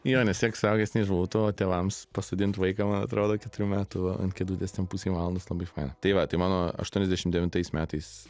jo nes tiek suaugęs neišbūtų o tėvams pasodint vaiką man atrodo keturių metų ant kėdutės ten pusei valandos labai faina tai va tai mano aštuoniasdešim devintais metais